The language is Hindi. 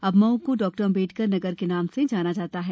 अब मऊ को डाक्टर अंबेडकर नगर के नाम से जाना जाता है